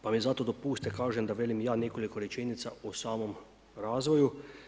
Pa mi zato dopustite kažem da velim i ja nekoliko rečenica o samom razvoju.